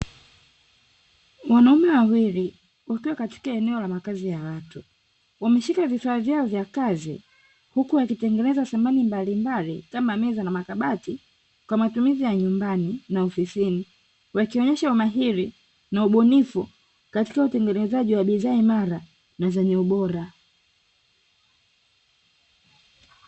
Wanaume wawili wakiwa katika eneo la makazi ya watu wameshika vifaa vyao vya kazi huku wakitengeneza samani mbalimbali kama meza na makabati kwa matumizi ya nyumbani na ofisini, wakionyesha umahiri na ubunifu katika utengenezaji wa bidhaa imara na zenye ubora.